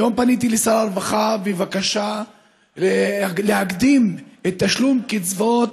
היום פניתי לשר הרווחה בבקשה להקדים את תשלום קצבאות